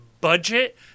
budget